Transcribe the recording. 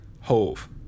Hove